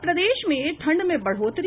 और प्रदेश में ठंड में बढ़ोतरी